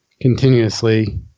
continuously